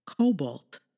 cobalt